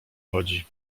chodzi